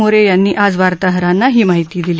मोरे यांनी आज वार्ताहरांना ही माहिती दिली